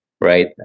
right